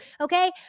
okay